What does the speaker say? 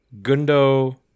Gundo